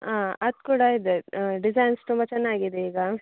ಹಾಂ ಅದು ಕೂಡ ಇದೆ ಡಿಝೈನ್ಸ್ ತುಂಬ ಚೆನ್ನಾಗಿದೆ ಈಗ